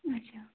اچھا